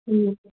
ꯎꯝ